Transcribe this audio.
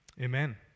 Amen